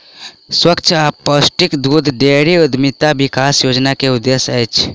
स्वच्छ आ पौष्टिक दूध डेयरी उद्यमिता विकास योजना के उद्देश्य अछि